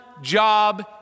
job